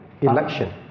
election